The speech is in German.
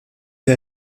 der